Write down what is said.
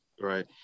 right